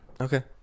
Okay